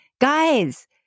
Guys